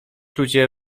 ludzie